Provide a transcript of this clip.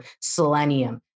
selenium